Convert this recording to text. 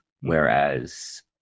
whereas